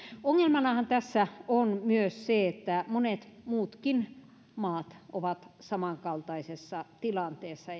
ongelmanahan tässä on myös se että monet muutkin maat ovat samankaltaisessa tilanteessa